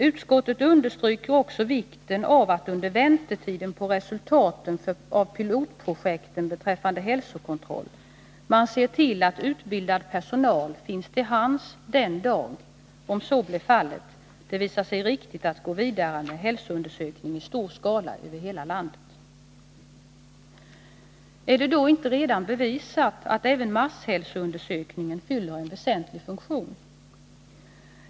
Utskottet understryker också vikten av att man under väntan på resultaten av pilotprojekten beträffande hälsokontroll ser till att utbildad personal finns till hands den dag det — om så blir fallet — visar sig riktigt att gå vidare med hälsoundersökning i stor skala över hela landet. Är det då inte redan bevisat att även masshälsoundersökningen fyller en väsentlig funktion?